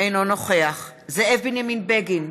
אינו נוכח זאב בנימין בגין,